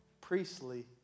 priestly